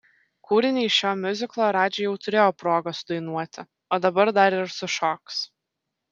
kūrinį iš šio miuziklo radži jau turėjo progą sudainuoti o dabar dar ir sušoks